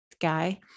guy